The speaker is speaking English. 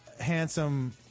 handsome